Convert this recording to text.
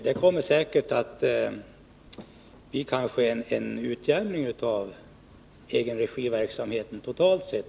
Det kommer säkert att bli en utjämning av egenregiverksamheten totalt sett.